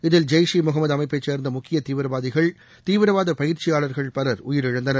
இதில் ஜெய்ஷ் இ முகமது அமைப்பை சேர்ந்த முக்கிய தீவிரவாதிகள் தீவிரவாத பயிற்சியாளர்கள் பலர் உயிரிழந்தனர்